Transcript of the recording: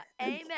Amen